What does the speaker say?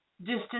distance